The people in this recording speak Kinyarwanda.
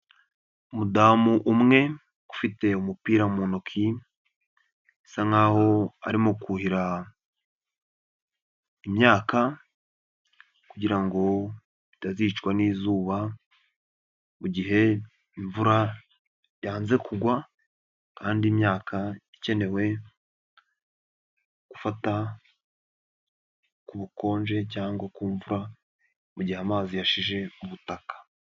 Umudamu umwe ufite umupira mu ntoki, bisa nkaho arimo kuhira imyaka kugira ngo itazicwa n'izuba, mu gihe imvura yanze kugwa kandi imyaka ikenewe gufata ku ubukonje cyangwa ku mvura mugihe amazi yashize mu ubutaka.